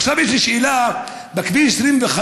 עכשיו יש לי שאלה: בכביש 25,